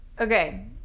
Okay